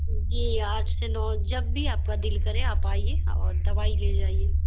جی آج کل اور جب بھی آپ کا دل کرے آپ آئیے اور دوائی لے جائیے